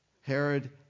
Herod